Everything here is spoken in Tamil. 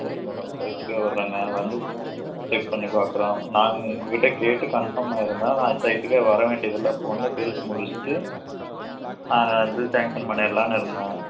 சரிங்க மேடம் சைட்டுக்கே வர்றேங்க வந்து செக் பண்ணிப் பாக்கிறோம் நாங்கள் உங்கள் கிட்டே கேட்டு கன்பார்ம் ஆகிருந்தா நான் சைட்டுக்கே வர வேண்டியதில்லை ஃபோன்லேயே பேசி முடிச்சுட்டு நான் வந்து சான்ஷன் பண்ணிடலானு இருந்தேன்